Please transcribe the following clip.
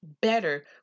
better